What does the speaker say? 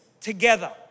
together